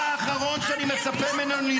אתה האחרון שאני מצפה ממנו ----- תומך טרור